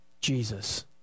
Jesus